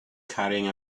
carrying